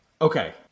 Okay